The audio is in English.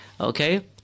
okay